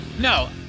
No